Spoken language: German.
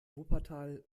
wuppertal